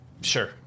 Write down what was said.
sure